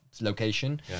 location